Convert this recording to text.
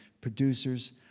producers